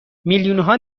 میلیونها